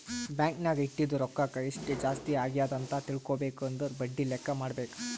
bank ನಾಗ್ ಇಟ್ಟಿದು ರೊಕ್ಕಾಕ ಎಸ್ಟ್ ಜಾಸ್ತಿ ಅಗ್ಯಾದ್ ಅಂತ್ ತಿಳ್ಕೊಬೇಕು ಅಂದುರ್ ಬಡ್ಡಿ ಲೆಕ್ಕಾ ಮಾಡ್ಬೇಕ